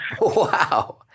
Wow